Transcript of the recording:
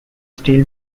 still